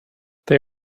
they